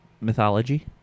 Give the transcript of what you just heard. mythology